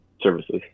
services